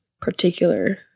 particular